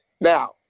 Now